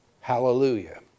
Hallelujah